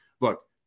Look